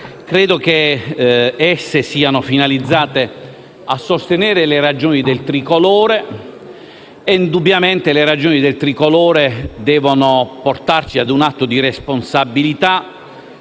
Credo che esse siano finalizzate a sostenere le ragioni del tricolore e indubbiamente tali ragioni devono portarci ad un atto di responsabilità,